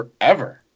forever